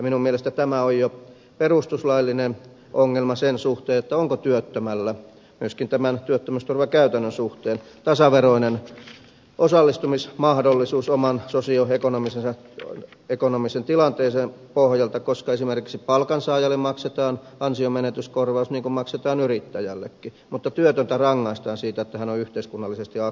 minun mielestäni tämä on jo perustuslaillinen ongelma sen suhteen onko työttömällä myöskin tämän työttömyysturvakäytännön suhteen tasaveroinen osallistumismahdollisuus oman sosio ekonomisen tilanteensa pohjalta koska esimerkiksi palkansaajalle maksetaan ansionmenetyskorvaus niin kuin maksetaan yrittäjällekin mutta työtöntä rangaistaan siitä että hän on yhteiskunnallisesti aktiivinen